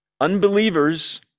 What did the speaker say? Unbelievers